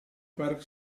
park